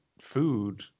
food